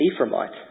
Ephraimite